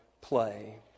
play